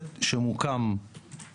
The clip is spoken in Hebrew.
הבדואים שהיא הזרוע הביצועית של הסוגיה הזו.